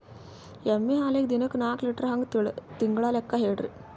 ಎಮ್ಮಿ ಹಾಲಿಗಿ ದಿನಕ್ಕ ನಾಕ ಲೀಟರ್ ಹಂಗ ತಿಂಗಳ ಲೆಕ್ಕ ಹೇಳ್ರಿ?